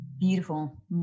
beautiful